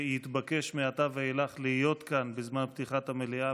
שיתבקש מעתה ואילך להיות כאן בזמן פתיחת המליאה,